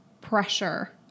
pressure